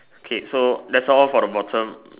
K so that's all for the bottom